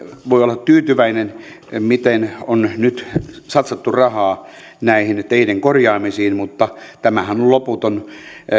voi olla tyytyväinen miten on nyt satsattu rahaa näihin teiden korjaamisiin mutta tämähän on on loputon